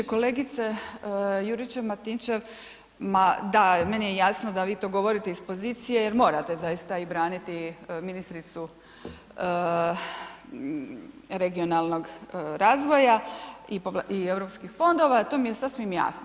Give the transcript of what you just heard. Kolegice Juričev Martinčev, ma da, meni je jasno da vi to govorite iz pozicije, jer morate, zaista i braniti i ministricu regionalnog razvoja i europskih fondova, to mi je sasvim jasno.